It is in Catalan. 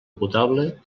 potable